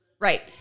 Right